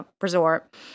Resort